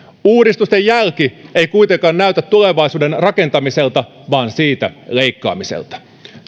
uudistusten jälki ei kuitenkaan näytä tulevaisuuden rakentamiselta vaan siitä leikkaamiselta